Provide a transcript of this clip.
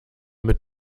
mit